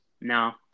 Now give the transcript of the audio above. No